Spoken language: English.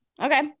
Okay